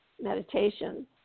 meditation